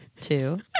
two